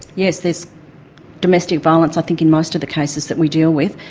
yes, there's domestic violence i think in most of the cases that we deal with,